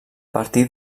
partir